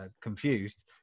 confused